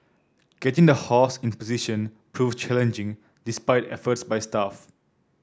getting the horse in position proved challenging despite efforts by staff